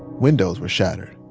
windows were shattered.